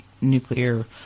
nuclear